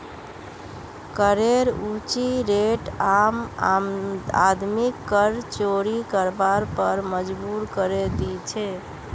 करेर ऊँची रेट आम आदमीक कर चोरी करवार पर मजबूर करे दी छे